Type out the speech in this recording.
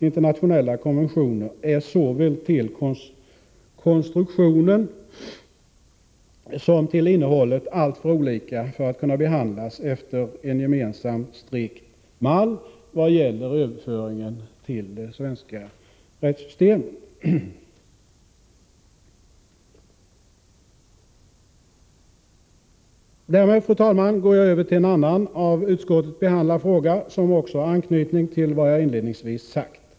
Internationella konventioner är såväl till konstruktionen som till innehållet alltför olika för att kunna behandlas efter en gemensam strikt mall vad gäller överföringen till det svenska rättssystemet. Därmed, fru talman, går jag över till en annan av utskottet behandlad fråga, som också har anknytning till vad jag inledningsvis sagt.